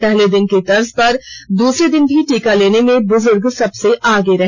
पहले दिन की तर्ज पर दूसरे दिन भी टीका लेने में बुजुर्ग सबसे आगे रहे